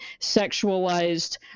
sexualized